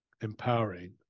empowering